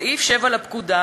סעיף 7 לפקודה,